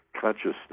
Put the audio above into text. consciousness